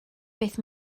beth